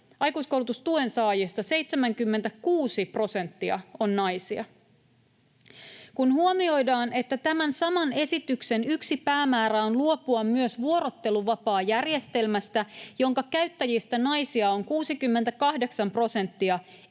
aikuiskoulutustuen saajista 76 prosenttia on naisia. Kun huomioidaan, että tämän saman esityksen yksi päämäärä on luopua myös vuorotteluvapaajärjestelmästä, jonka käyttäjistä naisia on 68 prosenttia,